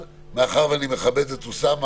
מאחר ואני מכבד את אוסמה